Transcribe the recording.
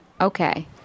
okay